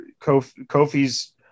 Kofi's